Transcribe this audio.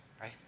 right